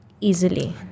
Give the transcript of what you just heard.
easily